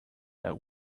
that